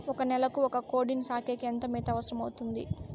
ఒక నెలకు ఒక కోడిని సాకేకి ఎంత మేత అవసరమవుతుంది?